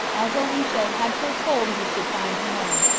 as elisha had foretold he should find him.